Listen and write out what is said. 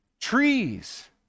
trees